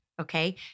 Okay